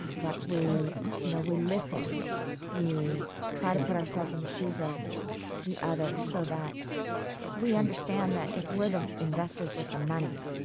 that we you know we listen we try to put ourselves in the shoes of the others so that we understand that, if we're the investors with the money,